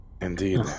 Indeed